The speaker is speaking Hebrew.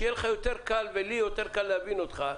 שיהיה לך יותר קל ולי יותר קל להבין אותך,